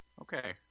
Okay